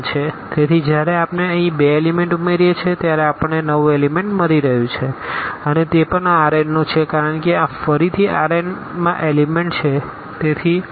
તેથી જ્યારે આપણે અહીં બે એલીમેન્ટ ઉમેરીએ છીએ ત્યારે આપણને નવું એલીમેન્ટ મળી રહ્યું છે અને તે પણ આ Rnનું છે કારણ કે આ ફરીથી આ Rn માં એલીમેન્ટ છે